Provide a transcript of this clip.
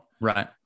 Right